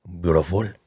Beautiful